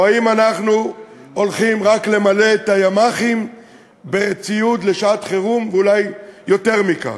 או שאנחנו הולכים רק למלא את הימ"חים בציוד לשעת חירום ואולי יותר מכך.